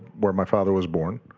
where my father was born.